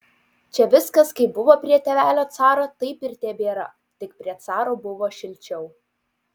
čia viskas kaip buvo prie tėvelio caro taip ir tebėra tik prie caro buvo šilčiau